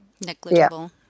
negligible